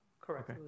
Correct